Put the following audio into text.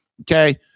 Okay